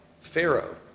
Pharaoh